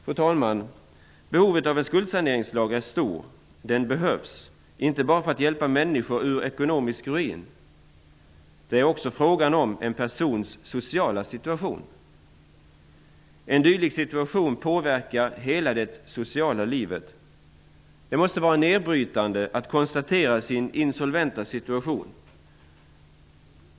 Fru talman! Behovet av en skuldsaneringslag är stort. Den behövs inte bara för att hjälpa människor ur ekonomisk ruin. Det är också fråga om en persons sociala situation. En dylik situation påverkar hela det sociala livet. Det måste vara nedbrytande att konstatera sin insolventa situation.